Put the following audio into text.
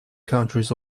countries